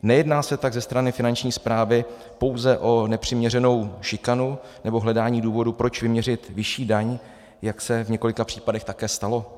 Nejedná se tak ze strany Finanční správy pouze o nepřiměřenou šikanu nebo hledání důvodu, proč vyměřit vyšší daň, jak se v několika případech také stalo?